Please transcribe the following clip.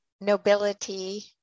nobility